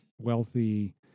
wealthy